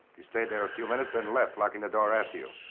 you stayed there a few minutes then left locking the door after you.